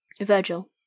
Virgil